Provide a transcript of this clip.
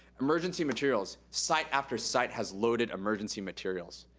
emergency materials. site after site has loaded emergency materials.